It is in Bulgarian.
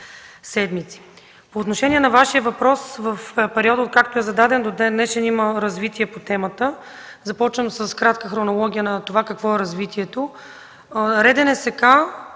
По отношение на Вашия въпрос. В периода – откакто е зададен до ден-днешен, има развитие по темата. Започвам с кратка хронология на това какво е развитието.